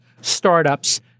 startups